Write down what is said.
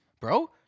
bro